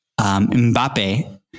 Mbappe